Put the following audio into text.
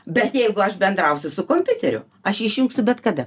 bet jeigu aš bendrausiu su kompiuteriu aš išjungsiu bet kada